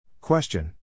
Question